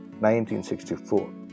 1964